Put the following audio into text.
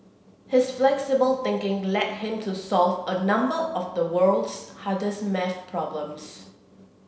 his flexible thinking led him to solve a number of the world's hardest maths problems